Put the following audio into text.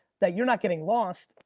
that you're not getting lost,